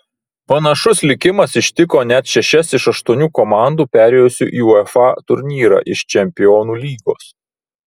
panašus likimas ištiko net šešias iš aštuonių komandų perėjusių į uefa turnyrą iš čempionų lygos